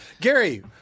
Gary